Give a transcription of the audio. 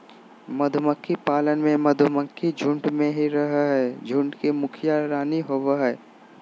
मधुमक्खी पालन में मधुमक्खी झुंड में ही रहअ हई, झुंड के मुखिया रानी होवअ हई